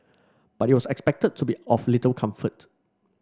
but it was expected to be of little comfort